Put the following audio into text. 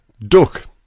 Duck